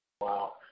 Wow